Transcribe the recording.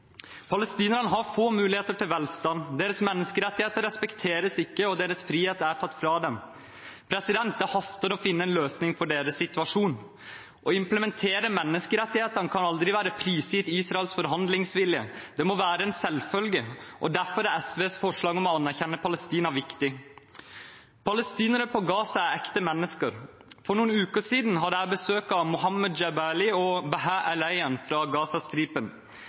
Palestinerne har få muligheter til velstand, deres menneskerettigheter respekteres ikke, og deres frihet er tatt fra dem. Det haster med å finne en løsning på deres situasjon. Å implementere menneskerettighetene kan aldri være prisgitt Israels forhandlingsvilje. Det må være en selvfølge. Derfor er SVs forslag om å anerkjenne Palestina viktig. Palestinerne på Gaza er ekte mennesker. For noen uker siden hadde jeg besøk av Muhammad Jabaly og Bahaa Elayan fra Gazastripen.